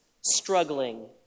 struggling